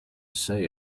say